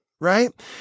right